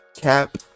cap